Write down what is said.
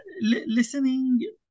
listening